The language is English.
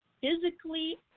physically